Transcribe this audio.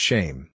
Shame